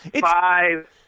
Five